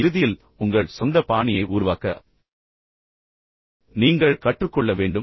இறுதியில் உங்கள் சொந்த பாணியை உருவாக்க நீங்கள் கற்றுக்கொள்ள வேண்டும் என்ற செய்தியை நான் உங்களுக்கு விட்டுச் சென்றேன்